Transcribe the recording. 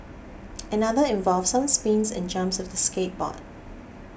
another involved some spins and jumps with the skateboard